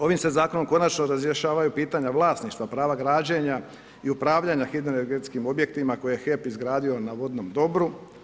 Ovim se zakonom konačno razjašnjavaju pitanja vlasništva prava građenja i upravljanja hidro energetskim objektima koje je HEP izgradio na vodnom dobru.